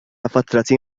فترة